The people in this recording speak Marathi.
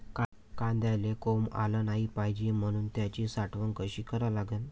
कांद्याले कोंब आलं नाई पायजे म्हनून त्याची साठवन कशी करा लागन?